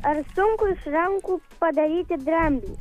ar sunku iš rankų padaryti dramblį